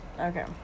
Okay